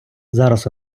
зараз